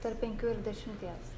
tarp penkių ir dešimties